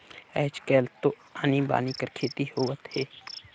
आयज कायल तो आनी बानी कर खेती होवत हे